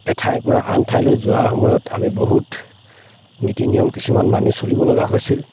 এঠাইৰ পৰা আন ঠাইলৈ যোৱাৰ সময়ত আমি বহুত নীতি নিয়ম কিছুমান মানি চলিবলগা হৈছিল